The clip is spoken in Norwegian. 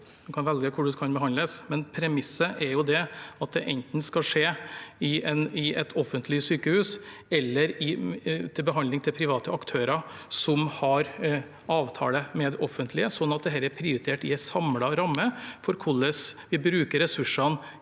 Man kan velge hvor man skal behandles, men premisset er at det skal skje enten i et offentlig sykehus eller hos private aktører som har avtale med det offentlige, slik at dette er prioritert i en samlet ramme for hvordan vi bruker ressursene